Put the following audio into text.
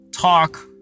talk